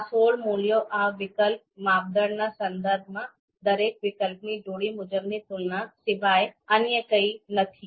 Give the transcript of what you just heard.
આ સોળ મૂલ્યો આ વિકલ્પ માપદંડના સંદર્ભમાં દરેક વિકલ્પની જોડી મુજબની તુલના સિવાય અન્ય કંઈ નથી